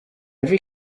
every